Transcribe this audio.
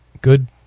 good